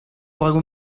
bragoù